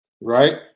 right